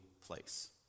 place